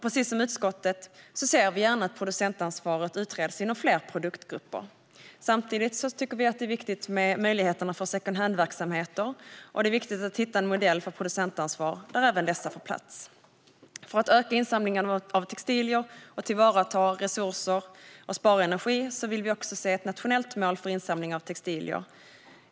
Precis som utskottet ser vi gärna att producentansvaret utreds inom fler produktgrupper. Samtidigt tycker vi att det är viktigt med möjligheterna för secondhandverksamheter, och det är viktigt att hitta en modell för producentansvar där även dessa verksamheter får plats. För att öka insamlingen av textilier, tillvarata resurser och spara energi vill Centerpartiet också se ett nationellt mål för insamling av textilier.